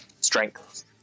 Strength